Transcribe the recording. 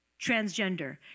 transgender